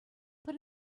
put